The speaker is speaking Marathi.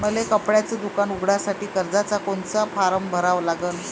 मले कपड्याच दुकान उघडासाठी कर्जाचा कोनचा फारम भरा लागन?